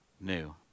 new